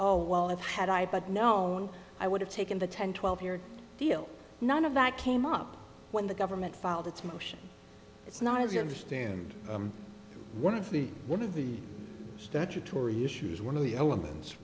oh well it had i but known i would have taken the ten twelve year deal none of that came up when the government filed its motion it's not as you understand one of the one of the statutory issues one of the